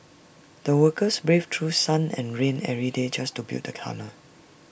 the workers braved through sun and rain every day just to build the tunnel